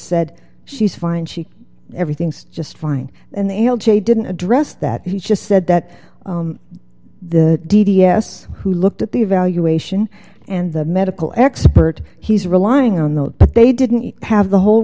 said she's fine she everything's just fine and l j didn't address that he just said that the d d s who looked at the evaluation and the medical expert he's relying on that but they didn't have the whole